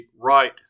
right